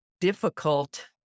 difficult